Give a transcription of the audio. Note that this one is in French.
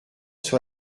sur